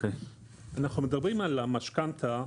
אנחנו מדברים על המשכנתה,